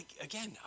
Again